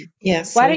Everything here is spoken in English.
Yes